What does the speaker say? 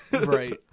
Right